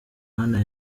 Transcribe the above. mana